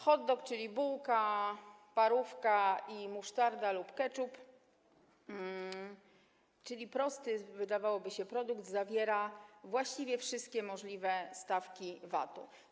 Hot dog - czyli bułka, parówka i musztarda lub ketchup, czyli prosty, wydawałoby się, produkt - to właściwie wszystkie możliwe stawki VAT-u.